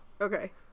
Okay